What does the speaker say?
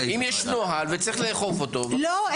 אם יש נוהל וצריך לאכוף אותו --- לא,